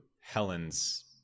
Helen's